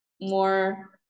more